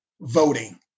voting